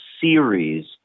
series